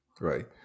Right